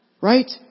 Right